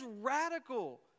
radical